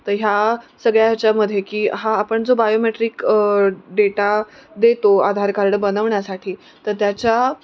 तर ह्या सगळ्या याच्यामध्ये की हा आपण जो बायोमेट्रिक डेटा देतो आधार कार्ड बनवण्यासाठी तर त्याच्या